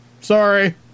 Sorry